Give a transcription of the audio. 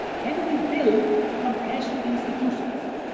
can we build compassionate intuitions?